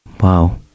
wow